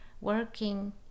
working